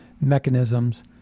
mechanisms